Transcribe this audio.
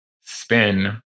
spin